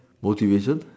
motivation